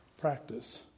practice